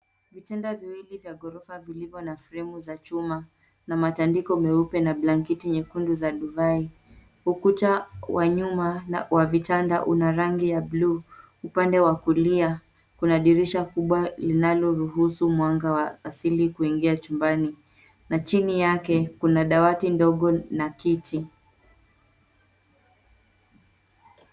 Vitanda viwili vya ghorofa vilivyo na fremu za chuma na matindiko meupe na blanketi nyekundu za divai. Ukuta wa nyuma wa vitanda una rangi ya blue , upande wa kulia kuna dirisha kubwa linaloruhusu mwanga wa asili kuingia chumbani, na chini yake kuna dawati ndogo na kiti.